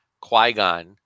Qui-Gon